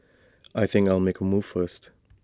I think I'll make A move first